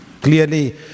clearly